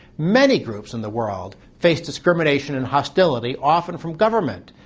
many groups in the world face discrimination and hostility often from government.